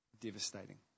devastating